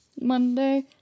monday